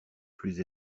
plus